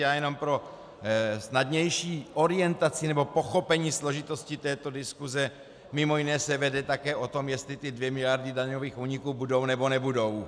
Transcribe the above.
Já jenom pro snadnější orientaci nebo pochopení složitosti diskuse, mimo jiné se vede také o tom, jestli dvě miliardy daňových úniků budou, nebo nebudou.